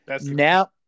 Now